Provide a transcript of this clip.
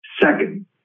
Second